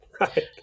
Right